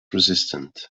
resistant